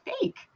fake